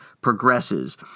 progresses